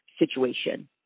Situation